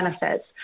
benefits